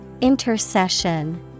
Intercession